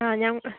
ആ ഞാൻ